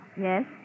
Yes